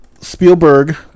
Spielberg